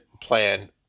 plan